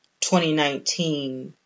2019